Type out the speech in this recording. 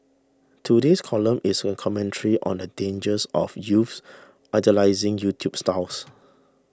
today's column is a commentary on the dangers of youths idolising YouTube stars